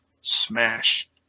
Smash